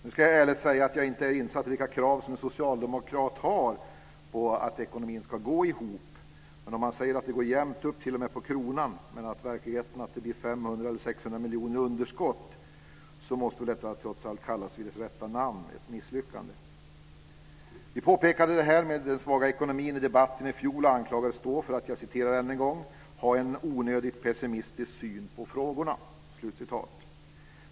Nu ska jag ärligt säga att jag inte är insatt i vilka krav som en socialdemokrat har på att ekonomin ska "gå ihop", men om man säger att det går jämnt upp, t.o.m. på kronan, och det i verkligheten blir 500-600 miljoner i underskott måste detta trots allt kallas vid sitt rätta namn: Ett misslyckande! Vi påpekade detta med den svaga ekonomin i debatten i fjol och anklagades då för att "ha en onödigt pessimistisk syn på frågorna".